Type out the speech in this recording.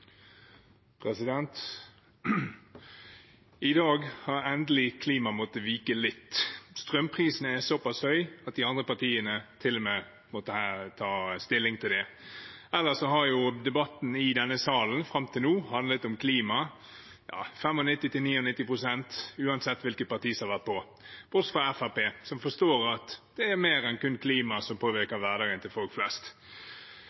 såpass høy at til og med de andre partiene må ta stilling til det. Ellers har jo debatten i denne salen fram til nå handlet om klima, 95–99 pst., uansett hvilket parti som har vært på, bortsett fra Fremskrittspartiet, som forstår at det er mer enn kun klimaet som